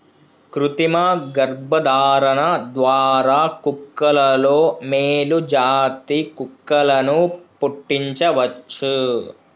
కృతిమ గర్భధారణ ద్వారా కుక్కలలో మేలు జాతి కుక్కలను పుట్టించవచ్చు